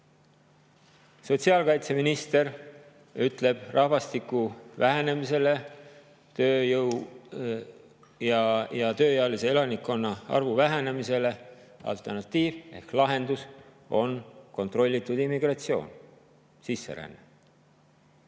Sotsiaalkaitseminister ütleb, et rahvastiku vähenemisele, tööjõu ja tööealise elanikkonna arvu vähenemisele on alternatiiv ehk lahendus kontrollitud immigratsioon, sisseränne.